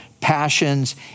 passions